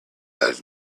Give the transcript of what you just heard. had